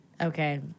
Okay